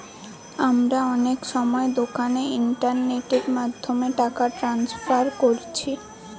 আমরা অনেক সময় দোকানে ইন্টারনেটের মাধ্যমে টাকা ট্রান্সফার কোরছি